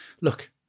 look